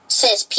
says